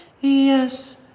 Yes